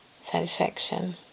satisfaction